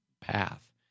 path